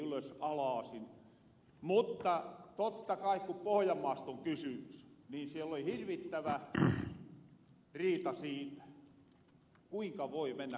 mutta totta kai kun pohojanmaasta on kysymys niin siellä oli hirvittävä riita siitä kuinka voi kaksi kuntaa mennä yhteen